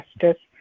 justice